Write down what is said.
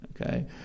okay